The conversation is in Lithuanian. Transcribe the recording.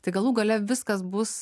tai galų gale viskas bus